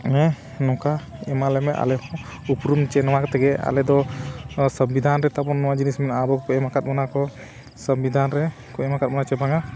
ᱦᱮᱸ ᱱᱚᱝᱠᱟ ᱮᱢᱟ ᱟᱞᱮ ᱢᱮ ᱟᱞᱮ ᱦᱚᱸ ᱩᱯᱨᱩᱢ ᱪᱮᱫ ᱱᱚᱣᱟ ᱠᱟᱛᱮᱫ ᱜᱮ ᱟᱞᱮᱫᱚ ᱥᱚᱝᱵᱤᱫᱷᱟᱱ ᱨᱮ ᱛᱟᱵᱚᱱ ᱱᱚᱣᱟ ᱡᱤᱱᱤᱥ ᱢᱮᱱᱟᱜᱼᱟ ᱟᱵᱚ ᱠᱚ ᱮᱢ ᱟᱠᱟᱫ ᱵᱚᱱᱟ ᱠᱚ ᱥᱚᱝᱵᱤᱫᱷᱟᱱ ᱨᱮᱠᱚ ᱮᱢᱟ ᱟᱠᱟᱫ ᱵᱚᱱᱟ ᱪᱮ ᱵᱟᱝᱟ